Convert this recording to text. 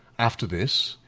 after this,